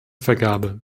vergabe